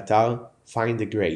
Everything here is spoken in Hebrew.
באתר "Find a Grave"